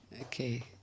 Okay